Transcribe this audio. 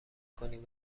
کنین